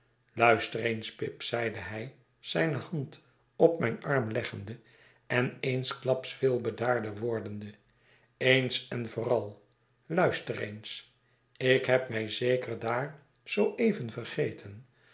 luister eens pip zeide hij zijne hand op mijn arm leggende en eensklaps veel bedaarder wordende eens en vooral luister eens ik heb mij zeker daar zoo even vergeten